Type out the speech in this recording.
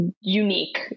unique